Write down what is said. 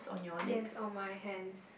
yes on my hands